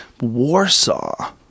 Warsaw